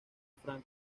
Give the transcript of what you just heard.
escuela